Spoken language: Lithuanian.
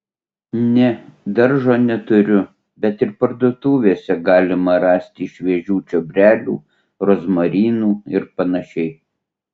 ne daržo neturiu bet ir parduotuvėse galima rasti šviežių čiobrelių rozmarinų ir panašiai